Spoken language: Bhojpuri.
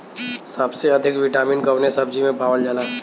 सबसे अधिक विटामिन कवने सब्जी में पावल जाला?